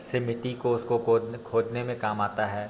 से मिट्टी को उसको कोदने खोदने में काम आता है